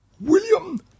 William